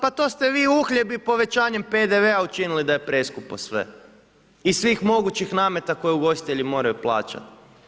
Pa to ste vi uhljebi povećanjem PDV-a učinili da je preskupo sve, iz svih mogućih nameta koje ugostitelji moraju plaćati.